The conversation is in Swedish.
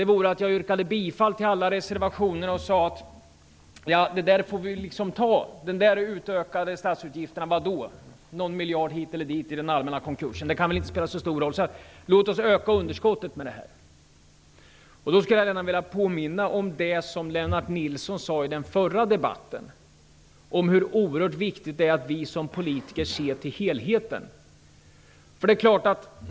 Det vore att jag yrkade bifall till alla reservationer och sade att den här utökningen av statsutgifterna får vi ta. Någon miljard hit eller dit i den allmänna konkursen kan väl inte spela så stor roll, så låt oss öka underskottet. Då skulle jag gärna vilja påminna om det som Lennart Nilsson sade i den förra debatten om hur oerhört viktigt det är att vi som politiker ser till helheten.